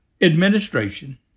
administration